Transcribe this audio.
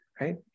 right